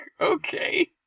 okay